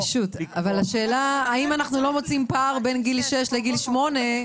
אבל השאלה האם אנחנו לא מוצאים פער בין גיל שש לגיל שמונה,